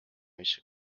mis